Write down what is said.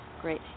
great